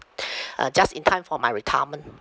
uh just in time for my retirement